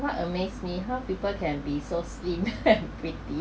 what amazed me how people can be so slim and pretty